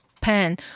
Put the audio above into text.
Pen